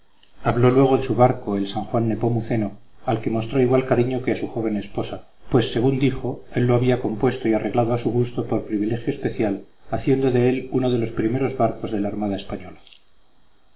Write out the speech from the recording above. habló luego de su barco el san juan nepomuceno al que mostró igual cariño que a su joven esposa pues según dijo él lo había compuesto y arreglado a su gusto por privilegio especial haciendo de él uno de los primeros barcos de la armada española